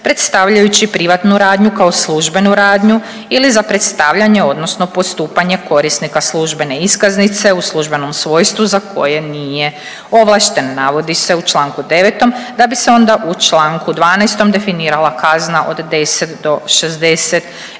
predstavljajući privatnu radnju kao službenu radnju ili za predstavljanje odnosno postupanje korisnika službene iskaznice u službenom svojstvu za koje nije ovlašten, navodi se u čl. 9 da bi se onda u čl. 12 definirala kazna od 10 do 60 eura,